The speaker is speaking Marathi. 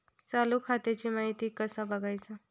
चालू खात्याची माहिती कसा बगायचा?